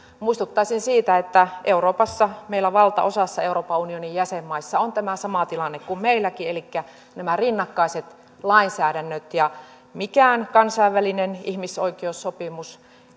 muistuttaisin siitä että meillä euroopassa valtaosassa euroopan unionin jäsenmaita on tämä sama tilanne kuin meilläkin elikkä nämä rinnakkaiset lainsäädännöt ja mikään kansainvälinen ihmisoikeussopimus